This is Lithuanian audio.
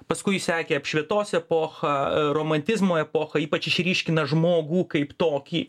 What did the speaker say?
paskui sekė apšvietos epocha romantizmo epocha ypač išryškina žmogų kaip tokį